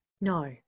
No